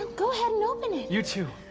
go ahead and open it. you too.